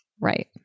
Right